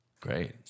Great